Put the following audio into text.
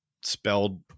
spelled